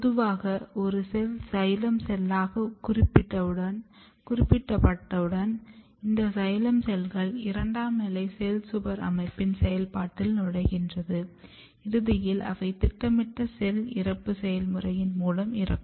பொதுவாக ஒரு cell xylem செல்லாகக் குறிப்பிட்டவுடன் இந்த சைலேம் செல்கள் இரண்டாம் நிலை செல் சுவர் அமைப்பின் செயல்பாட்டில் நுழைகின்றன இறுதியில் அவை திட்டமிடப்பட்ட செல் இறப்பு செயல்முறையின் மூலம் இறக்கும்